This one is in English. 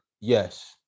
yes